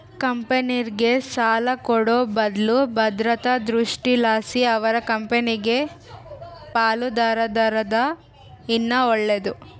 ಕಂಪೆನೇರ್ಗೆ ಸಾಲ ಕೊಡೋ ಬದ್ಲು ಭದ್ರತಾ ದೃಷ್ಟಿಲಾಸಿ ಅವರ ಕಂಪೆನಾಗ ಪಾಲುದಾರರಾದರ ಇನ್ನ ಒಳ್ಳೇದು